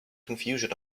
confusion